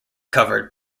covered